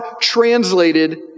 translated